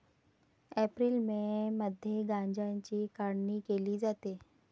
April May मध्ये गांजाची काढणी केली जाते